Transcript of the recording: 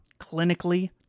clinically